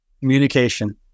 Communication